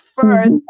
first